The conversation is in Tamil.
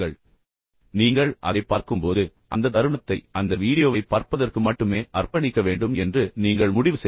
பின்னர் நீங்கள் அதைப் பார்க்கும்போது அந்த தருணத்தை அந்த வீடியோவைப் பார்ப்பதற்கு மட்டுமே அர்ப்பணிக்க வேண்டும் என்று நீங்கள் முடிவு செய்கிறீர்கள்